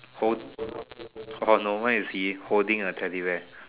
hold orh no mine is he is holding a teddy bear